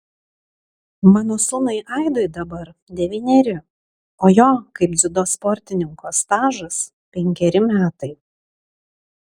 mano sūnui aidui dabar devyneri o jo kaip dziudo sportininko stažas penkeri metai